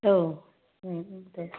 औ उम उम दे